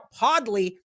Podly